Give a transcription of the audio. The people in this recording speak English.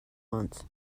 month